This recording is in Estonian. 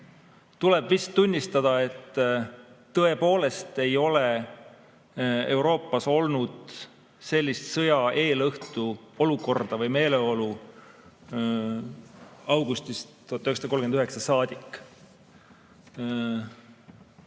tuleb vist tunnistada, et tõepoolest ei ole Euroopas olnud sellist sõja eelõhtu olukorda või meeleolu augustist 1939 saadik.